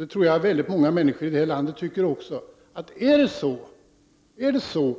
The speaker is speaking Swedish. Jag tror att väldigt många människor tycker, att om